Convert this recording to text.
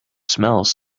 smells